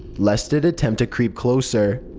lest it attempt to creep closer.